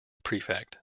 prefect